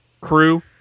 crew